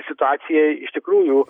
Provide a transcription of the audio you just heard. situacija iš tikrųjų